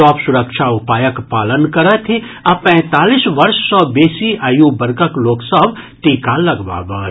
सभ सुरक्षा उपायक पालन करथि आ पैंतालीस वर्ष सँ बेसी आयु वर्गक लोक सभ टीका लगबावथि